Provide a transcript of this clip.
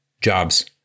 jobs